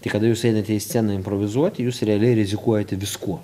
tai kada jūs einate į sceną improvizuoti jūs realiai rizikuojate viskuo